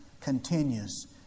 continues